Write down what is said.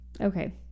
Okay